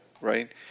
right